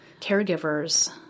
caregivers